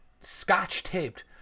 scotch-taped